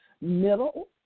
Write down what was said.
middle